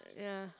ya